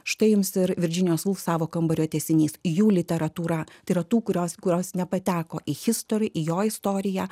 štai jums ir virdžinijos vulf savo kambario tęsinys jų literatūra tai yra tų kurios kurios nepateko į history į jo istoriją